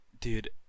dude